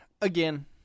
again